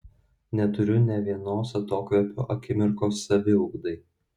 neturiu ne vienos atokvėpio akimirkos saviugdai